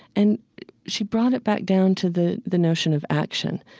and she brought it back down to the the notion of action.